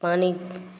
पानि